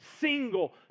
single